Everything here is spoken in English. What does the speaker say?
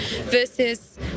versus